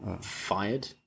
fired